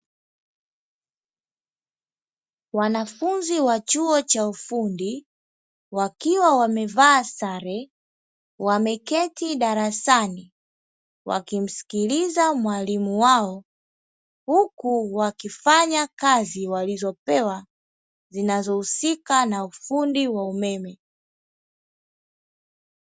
Wanafunzi wa chuo cha ufundi wakiwa wamevaa sare, wameketi darasani wakimsikiliza mwalimu wao, huku wakifanya kazi walizopewa, zinazohusika na ufundi wa umeme.